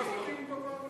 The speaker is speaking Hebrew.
השאלה היא אם מסכימים או לא.